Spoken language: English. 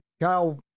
Kyle